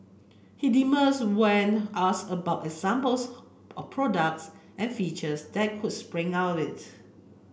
he demurs when asked about examples of products and features that could spring out this